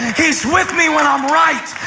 he's with me when i'm right.